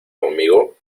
conmigo